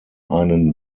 einen